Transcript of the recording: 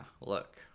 look